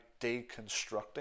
deconstructing